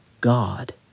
God